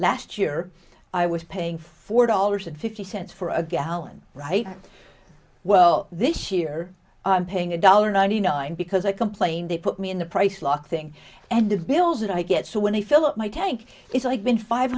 last year i was paying four dollars and fifty cents for a gallon right well this year paying a dollar ninety nine because i complained they put me in the price last thing and the bills that i get so when they fill up my tank it's like